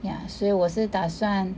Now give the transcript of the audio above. ya 所以我是打算